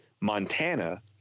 Montana